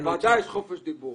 בוועדה יש חופש דיבור,